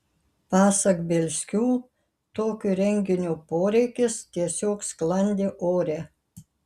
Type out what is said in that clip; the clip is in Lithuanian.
pasak bielskių tokio renginio poreikis tiesiog sklandė ore